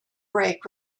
break